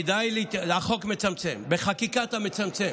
החוק מצמצם, בחקיקה אתה מצמצם.